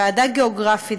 ועדה גיאוגרפית,